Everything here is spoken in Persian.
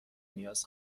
نیاز